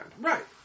Right